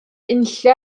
unlle